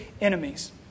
enemies